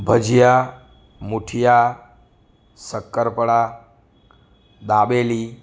ભજીયા muthiya shakkarpara dabeli